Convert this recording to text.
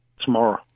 tomorrow